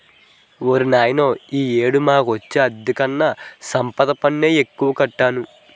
ఓర్నాయనో ఈ ఏడు మాకొచ్చే అద్దెలుకన్నా సంపద పన్నే ఎక్కువ కట్టాను